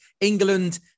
England